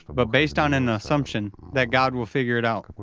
but based on an assumption that god will figure it out.